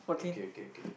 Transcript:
okay okay okay